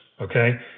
okay